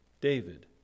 David